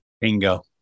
bingo